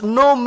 no